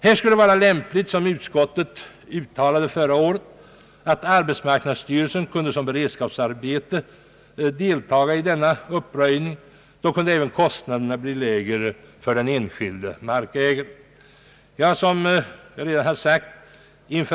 Det skulle vara lämpligt, vilket utskottet uttalade förra året, att arbetsmarknadsstyrelsen lät arbetslösa deltaga i denna uppröjning som beredskapsarbete. På så sätt kunde även kostnaderna för den enskilde markägaren hållas nere. Herr talman!